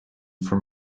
from